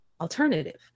alternative